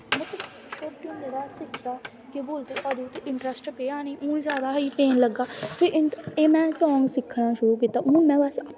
मतलव शोटे होंदे दा सिक्खे दा केह् बोलदे अदूं ते इंट्रस्ट पेआ नी हून जादा ई पौन लगा एह् में सांग सिक्खना शुऱु कीता हुन मे बस